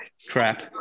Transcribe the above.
trap